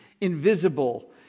invisible